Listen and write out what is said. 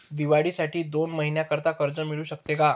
दिवाळीसाठी दोन महिन्याकरिता कर्ज मिळू शकते का?